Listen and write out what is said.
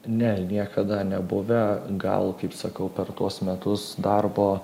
ne niekada nebuvę gal kaip sakau per tuos metus darbo